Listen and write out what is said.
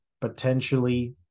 potentially